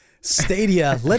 Stadia